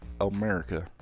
America